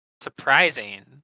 surprising